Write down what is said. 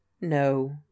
no